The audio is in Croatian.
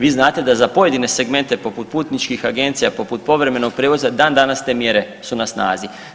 Vi znate da za pojedine segmente poput putničkih agencija, poput povremenog prijevoza dan danas te mjere su na snazi.